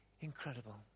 Incredible